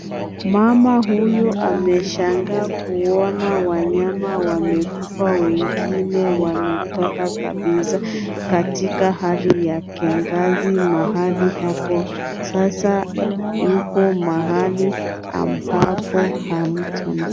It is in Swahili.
Mama huyu ameshangaa kuona wanyama wamekufa wengine wametoka kabisa katika hali ya kiangazi mahali hapo. Sasa yupo mahali ambapo hamtam,